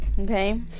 okay